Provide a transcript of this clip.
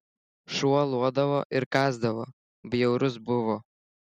šuo lodavo ir kąsdavo bjaurus buvo